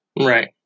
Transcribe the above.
Right